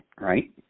right